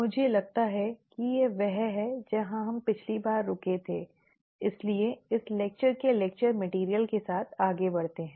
मुझे लगता है कि यह वह है जहां हम पिछली बार रुके थे इसलिए इस लेक्चर के लेक्चर मेटेरियल के साथ आगे बढ़ते हैं